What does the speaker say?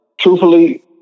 truthfully